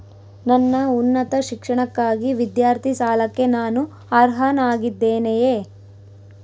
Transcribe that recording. ನನ್ನ ಉನ್ನತ ಶಿಕ್ಷಣಕ್ಕಾಗಿ ವಿದ್ಯಾರ್ಥಿ ಸಾಲಕ್ಕೆ ನಾನು ಅರ್ಹನಾಗಿದ್ದೇನೆಯೇ?